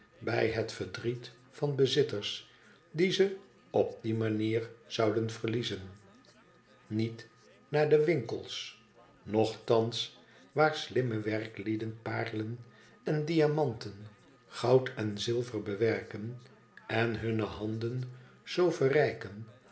bij het verdriet van bezitters die xe op die manier zouden verliezen niet naar de winkels nogthans waar slimme werklieden paarlen en iamenten goud en zilver bewerken en hunne handen zoo verrijken